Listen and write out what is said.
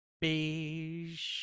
Beige